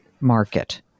market